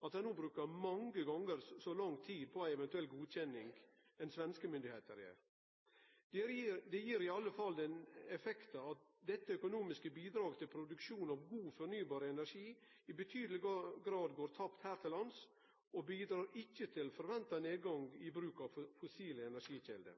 at ein no brukar mange gonger så lang tid på ei eventuell godkjenning som det som svenske myndigheiter gjer? Det gir i alle fall den effekten at dette økonomiske bidraget til produksjonen av god, fornybar energi i vesentleg grad går tapt her til lands, og bidreg ikkje til forventa nedgang i bruk av fossile energikjelder.